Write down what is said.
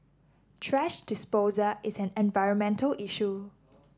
thrash disposal is an environmental issue